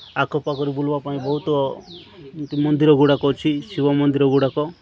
ଆଖ ପାଖରେ ବୁଲିବା ପାଇଁ ବହୁତ ମନ୍ଦିରଗୁଡ଼ାକ ଅଛି ଶିବ ମନ୍ଦିରଗୁଡ଼ାକ